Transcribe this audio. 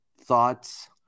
thoughts